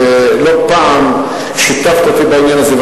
לא פעם שיתפת אותי בעניין הזה,